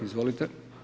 Izvolite.